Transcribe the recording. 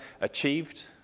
achieved